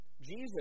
Jesus